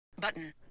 Button